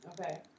Okay